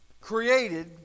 created